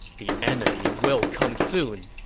the enemy will come soon.